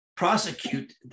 Prosecute